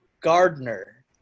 Gardner